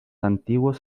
antiguos